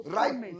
right